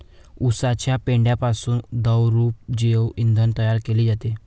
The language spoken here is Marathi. उसाच्या पेंढ्यापासून द्रवरूप जैव इंधन तयार केले जाते